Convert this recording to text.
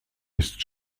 ist